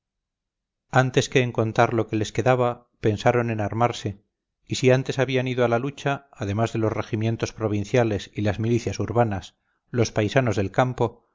antes que en contar lo que les quedaban pensaron en armarse y si antes habían ido a la lucha además de los regimientos provinciales y las milicias urbanas los paisanos del campo